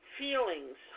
feelings